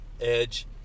Edge